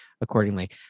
accordingly